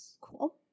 Cool